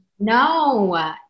no